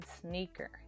sneaker